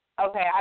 Okay